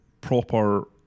proper